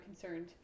concerned